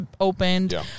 opened